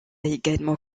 également